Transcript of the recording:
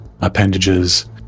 appendages